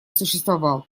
существовал